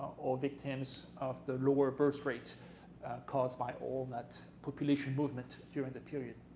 or victims of the lower birth rate caused by all that population movement during the period.